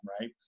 right